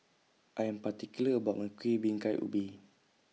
I Am particular about My Kueh Bingka Ubi